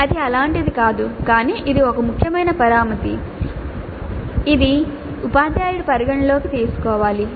అది అలాంటిది కాదు కానీ ఇది ఒక ముఖ్యమైన పరామితి ఇది ఉపాధ్యాయుడు పరిగణనలోకి తీసుకోవాలి